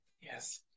Yes